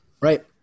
Right